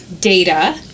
data